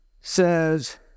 says